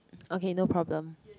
okay no problem